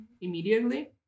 immediately